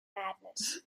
madness